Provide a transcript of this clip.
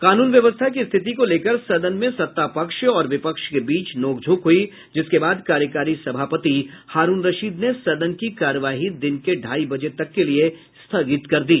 कानून व्यवस्था की स्थिति को लेकर सदन में सत्तापक्ष और विपक्ष के बीच नोकझोंक हुई जिसके बाद कार्यकारी सभापति हारूण रशीद ने सदन की कार्यवाही दिन के ढाई बजे तक के लिये स्थगित कर दी